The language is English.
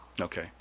Okay